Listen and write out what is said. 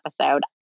episode